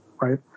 right